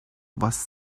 was